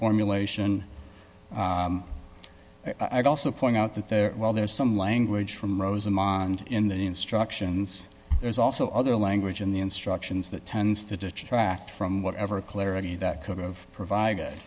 formulation i'd also point out that there well there is some language from rosemont in the instructions there's also other language in the instructions that tends to detract from whatever clarity that could have provided